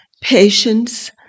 patience